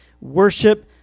Worship